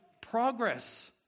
progress